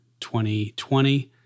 2020